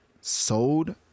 sold